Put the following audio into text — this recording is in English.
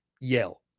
Yell